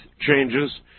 changes